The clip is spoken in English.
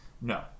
No